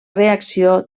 reacció